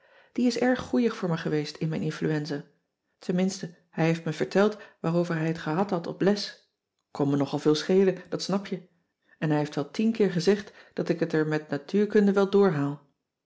die is erg goeieg voor me geweest in mijn influenza tenminste hij heeft me verteld waarover hij het gehad had op les kon me nogal veel schelen dat snap je en hij heeft wel tien keer gezegd dat ik het er met natuurkunde wel